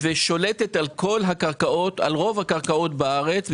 ושולטת על רוב הקרקעות בארץ.